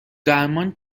درمان